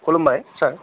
खुलुमबाय सार